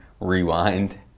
rewind